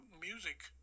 music